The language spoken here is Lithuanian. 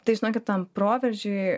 tai žinokit tam proveržiui